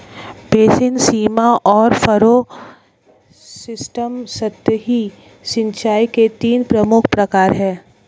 basin, सीमा और furrow system सतही सिंचाई के तीन प्रमुख प्रकार है